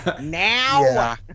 Now